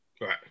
Right